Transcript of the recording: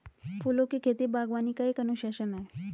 फूलों की खेती, बागवानी का एक अनुशासन है